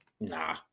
Nah